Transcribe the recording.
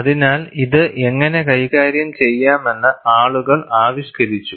അതിനാൽ ഇത് എങ്ങനെ കൈകാര്യം ചെയ്യാമെന്ന് ആളുകൾ ആവിഷ്കരിച്ചു